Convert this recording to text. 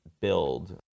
build